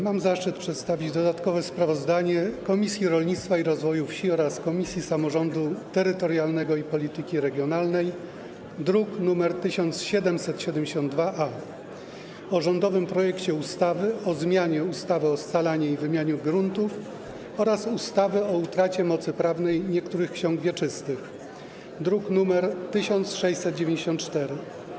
Mam zaszczyt przedstawić dodatkowe sprawozdanie Komisji Rolnictwa i Rozwoju Wsi oraz Komisji Samorządu Terytorialnego i Polityki Regionalnej, druk nr 1772-A, o rządowym projekcie ustawy o zmianie ustawy o scalaniu i wymianie gruntów oraz ustawy o utracie mocy prawnej niektórych ksiąg wieczystych, druk nr 1694.